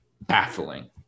baffling